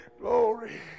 glory